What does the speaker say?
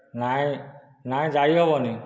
ନାହିଁ ନାହିଁ ଯାଇ ହେବ ନାହିଁ